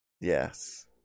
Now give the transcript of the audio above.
Yes